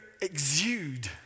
exude